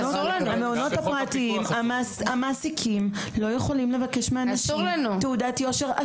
במעונות הפרטיים המעסיקים לא יכולים לבקש מאנשים תעודת יושר.